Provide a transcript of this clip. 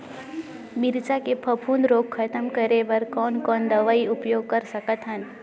मिरचा के फफूंद रोग खतम करे बर कौन कौन दवई उपयोग कर सकत हन?